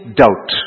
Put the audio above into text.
doubt